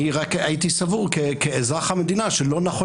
אני רק הייתי סבור כאזרח המדינה שלא נכון